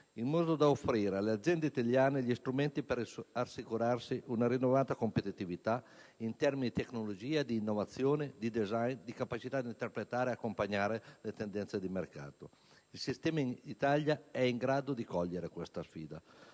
in modo da offrire alle aziende italiane gli strumenti per assicurarsi una rinnovata competitività in termini di tecnologia, di innovazione, di *design*, di capacità di interpretare e accompagnare le tendenze del mercato. Il sistema Italia è in grado di cogliere questa sfida,